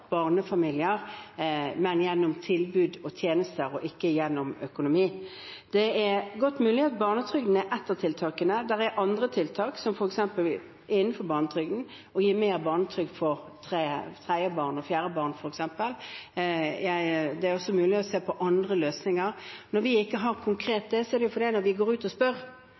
barnefamilier, men gjennom tilbud og tjenester og ikke gjennom økonomi. Det er godt mulig at barnetrygden er ett av tiltakene. Det kan være tiltak som f.eks. det å gi mer barnetrygd for tredje og fjerde barn. Det er også mulig å se på andre løsninger. Når vi ikke gjør konkret det, er det fordi at når vi går ut og spør,